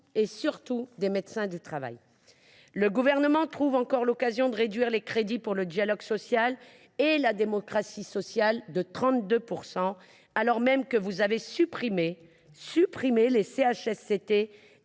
et, surtout, des médecins du travail. Le Gouvernement trouve encore l’occasion de réduire les crédits pour le dialogue social et la démocratie sociale de 32 %, alors même qu’ont déjà été supprimés les